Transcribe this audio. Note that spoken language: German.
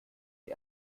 den